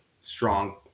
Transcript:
strong